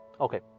Okay